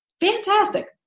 fantastic